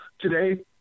Today